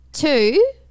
two